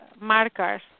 markers